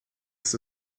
ist